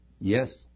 yes